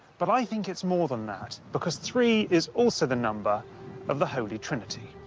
but i think it's more than that, because three is also the number of the holy trinity.